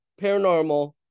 paranormal